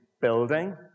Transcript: building